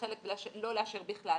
וחלק לא לאשר בכלל,